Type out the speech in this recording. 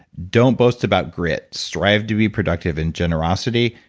don't boast about grit. strive to be productive in generosity,